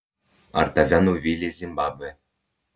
ar tave nuvylė zimbabvė